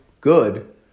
good